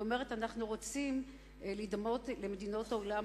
היא אומרת: אנחנו רוצים להידמות למדינות העולם